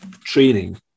training